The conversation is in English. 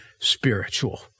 spiritual